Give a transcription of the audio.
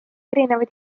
erinevaid